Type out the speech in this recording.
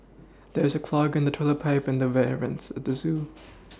there is a clog in the toilet pipe and the air vents at the zoo